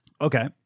Okay